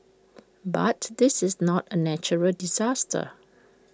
but this is not A natural disaster